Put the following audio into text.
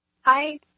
Hi